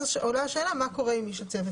אז עולה השאלה מה קורה עכשיו עם איש הצוות,